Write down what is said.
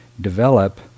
develop